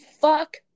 fuck